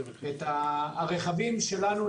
הרכבים הללו,